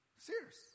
Serious